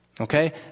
Okay